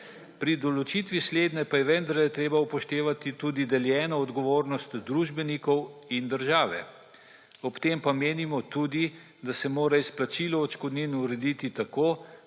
Pri določitvi slednje pa je vendarle treba upoštevati tudi deljeno odgovornost družbenikov in države. Ob tem menimo tudi, da se mora izplačilo odškodnin urediti tako,